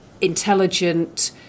intelligent